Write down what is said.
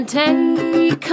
take